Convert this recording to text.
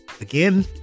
again